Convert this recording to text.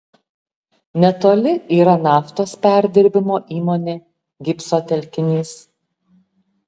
netoli yra naftos perdirbimo įmonė gipso telkinys